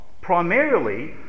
primarily